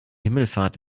himmelfahrt